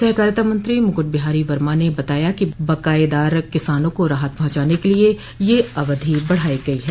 सहकारिता मंत्री मुकुट बिहारी वर्मा ने बताया कि बकायेदार किसानों को राहत पहुंचाने के लिये यह अवधि बढ़ाई गई है